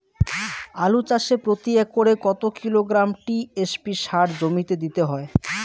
আলু চাষে প্রতি একরে কত কিলোগ্রাম টি.এস.পি সার জমিতে দিতে হয়?